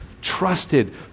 trusted